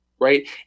Right